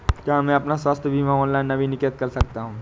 क्या मैं अपना स्वास्थ्य बीमा ऑनलाइन नवीनीकृत कर सकता हूँ?